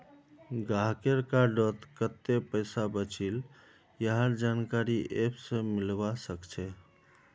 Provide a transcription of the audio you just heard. गाहकेर कार्डत कत्ते पैसा बचिल यहार जानकारी ऐप स मिलवा सखछे